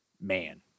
Man